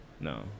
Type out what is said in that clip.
No